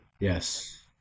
Yes